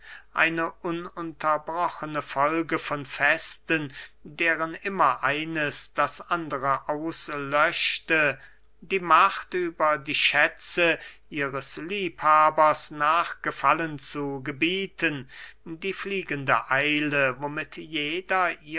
eine ununterbrochne folge von festen deren immer eines das andere auslöschte die macht über die schätze ihres liebhabers nach gefallen zu gebieten die fliegende eile womit jeder